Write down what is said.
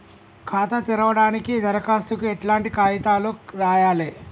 ఖాతా తెరవడానికి దరఖాస్తుకు ఎట్లాంటి కాయితాలు రాయాలే?